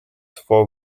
for